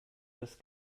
das